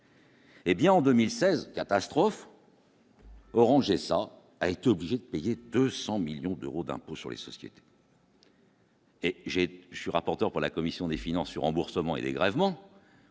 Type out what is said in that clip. Eh bien en 2016 catastrophe. Orange et ça a été obligé de payer 200 millions d'euros d'impôt sur les sociétés. Et j'ai, je suis rapporteur pour la commission des finances remboursements et dégrèvements.